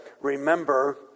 remember